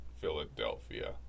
Philadelphia